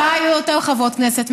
בכנסת הבאה יהיו יותר חברות כנסת.